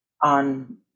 on